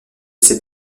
ces